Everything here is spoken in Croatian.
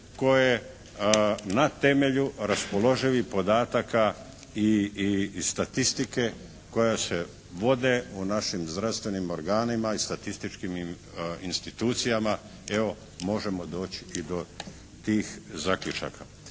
koje na temelju raspoloživih podataka i statistike koja se vode u našim zdravstvenim organima i statističkim institucijama. Evo možemo doći i do tih zaključaka.